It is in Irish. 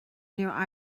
níor